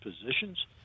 positions